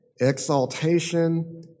exaltation